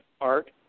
art